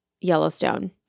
Yellowstone